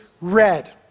red